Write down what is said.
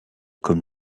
comme